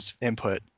input